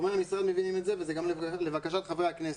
גורמי המשרד מבינים את זה וזה גם לבקשת חברי הכנסת,